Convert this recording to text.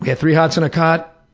yeah three hots and a cot,